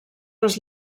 les